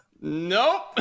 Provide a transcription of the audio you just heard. Nope